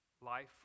life